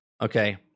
Okay